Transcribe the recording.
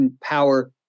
power